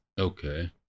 Okay